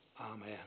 Amen